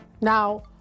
Now